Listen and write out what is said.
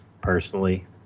personally